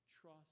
trust